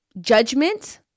judgment